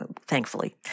thankfully